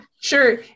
sure